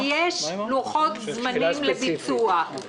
יש לוחות זמנים לביצוע.